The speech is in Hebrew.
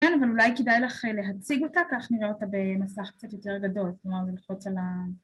כן, אבל אולי כדאי לך להציג אותה, כך נראה אותה במסך קצת יותר גדול, כלומר זה לחוץ על ה...